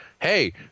hey